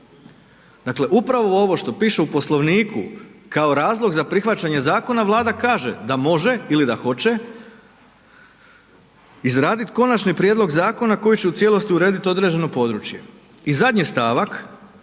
dakle upravo ovo što piše u Poslovniku kao razlog za prihvaćanje zakona, Vlada kaže da može ili da hoće izraditi konačni prijedlog zakona koji će u cijelosti urediti određeno područje. I zadnji stavak: